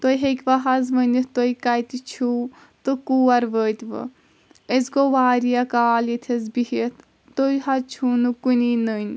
تُہۍ ہکۍوَ حظ ؤنِتھ تُہۍ کتہِ چھِو تہٕ کور وٲتۍوٕ أسۍ گوٚو واریاہ کال ییٚتٮ۪س بِہِتھ تُہۍ حظ چھِو نہٕ کُنی نٔنۍ